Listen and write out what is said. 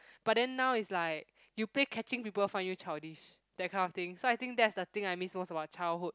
but then now is like you play catching people find you childish that kind of thing so I think that's the thing I most about childhood